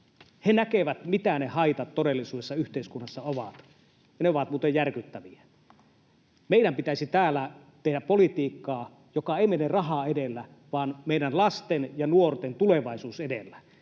He näkevät, mitä ne haitat todellisuudessa yhteiskunnassa ovat, ja ne ovat muuten järkyttäviä. Meidän pitäisi täällä tehdä politiikkaa, joka ei mene raha edellä vaan meidän lasten ja nuorten tulevaisuus edellä.